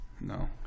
No